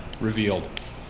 revealed